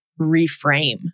reframe